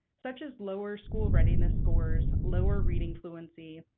such as lower school readiness scores, lower reading fluency,